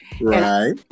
Right